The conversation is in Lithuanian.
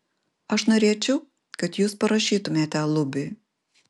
aš norėčiau kad jūs parašytumėte lubiui